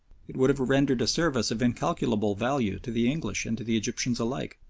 it would have rendered a service of incalculable value to the english and to the egyptians alike,